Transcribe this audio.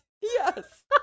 Yes